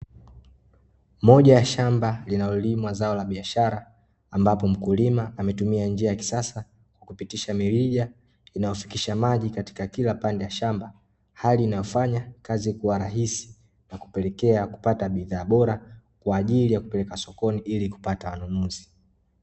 Moja ya shamba linalolimwa zao la biashara, ambapo mkulima ametumia njia ya kisasa kupitisha mirija inayofikisha maji katika kila pande ya shamba. Hali inayofanya kazi kuwa rahisi na kupelekea kupata bidhaa bora kwa ajili ya kupeleka sokoni ili kupata wanunuzi.